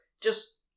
just-